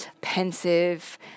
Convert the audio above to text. pensive